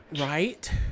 Right